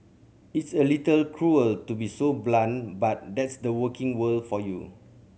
it's a little cruel to be so blunt but that's the working world for you